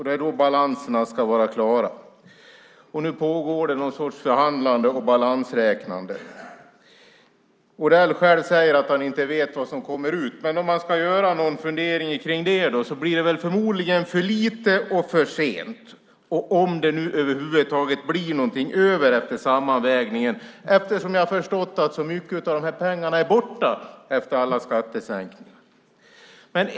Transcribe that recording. Det är då balanserna ska vara klara. Nu pågår det någon sorts förhandlande och balansräknande. Odell själv säger att han inte vet vad som kommer ut. Men om man ska ha någon fundering kring det blir det förmodligen att det är för lite och för sent, om det nu över huvud taget blir någonting över efter sammanvägningen. Jag har förstått att mycket av de här pengarna är borta efter alla skattesänkningar.